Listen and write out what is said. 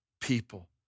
people